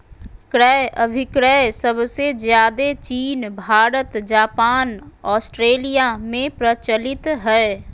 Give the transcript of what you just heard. क्रय अभिक्रय सबसे ज्यादे चीन भारत जापान ऑस्ट्रेलिया में प्रचलित हय